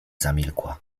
zamilkła